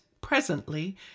presently